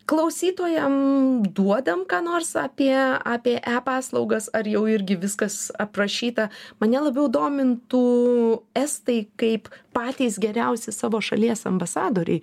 klausytojam duodam ką nors apie apie e paslaugas ar jau irgi viskas aprašyta mane labiau domintų estai kaip patys geriausi savo šalies ambasadoriai